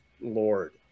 Lord